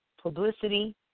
publicity